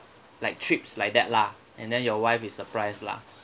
like trips like that lah and then your wife is surprised lah